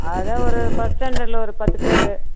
அதான் ஒரு ஃபர்ஸ்ட் ஸ்டாண்டட்டில ஒரு பத்து பேர்